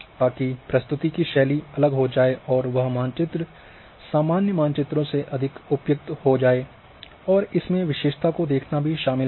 ताकि प्रस्तुति की शैली अलग हो जाए और वह मानचित्र सामान्य मानचित्रों से अधिक उपयुक्त हो जाए और इसमें विशेषता को देखना भी शामिल है